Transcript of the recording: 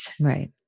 Right